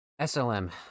SLM